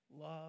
Love